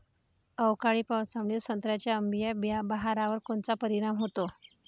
अवकाळी पावसामुळे संत्र्याच्या अंबीया बहारावर कोनचा परिणाम होतो?